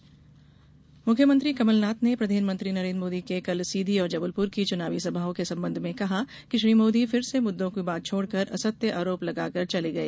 कमलनाथ प्रतिक्रिया मुख्यमंत्री कमलनाथ ने प्रधानमंत्री नरेंद्र मोदी की कल सीधी और जबलपुर की चुनावी सभाओं के संबंध में कहा कि श्री मोदी फिर से मुद्दों की बात छोड़कर असत्य आरोप लगाकर चले गए